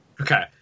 Okay